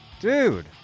dude